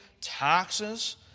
taxes